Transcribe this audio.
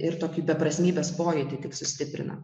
ir tokį beprasmybės pojūtį tik sustiprina